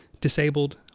disabled